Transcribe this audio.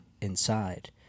inside